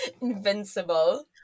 Invincible